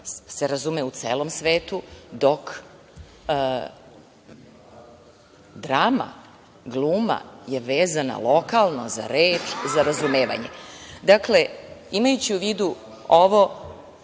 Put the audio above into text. se razume u celom svetu, dok drama, gluma je vezana lokalno za reč, za razumevanje. Dakle, imajući u vidu ovo,